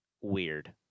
weird